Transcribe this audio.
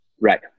Right